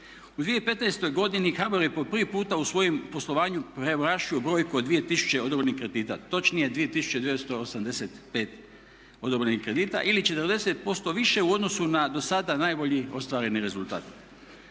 U 2015.godini HBOR je po prvi puta u svojem poslovanju premašio brojku od 2000 odobrenih kredita, točnije 2985 odobrenih kredita ili 40% više u odnosu na dosada najbolji ostvareni rezultat.